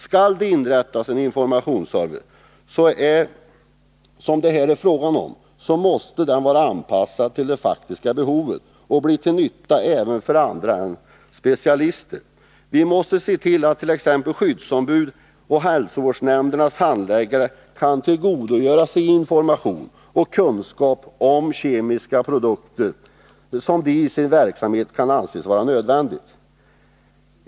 Skall det inrättas en sådan informationsservice som det här är fråga om måste den vara anpassad till det faktiska behovet och kunna bli till nytta även för andra än specialister. Vi måste se till att t.ex. skyddsombud och hälsovårdsnämndernas handläggare kan tillgodogöra sig sådana informationer och kunskaper om kemiska produkter som de i sin verksamhet kan anse vara nödvändiga.